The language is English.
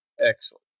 Excellent